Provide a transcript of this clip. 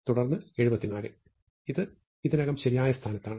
തുടർന്ന് 74 ഇത് ഇതിനകം ശരിയായ സ്ഥാനത്താണ്